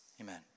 amen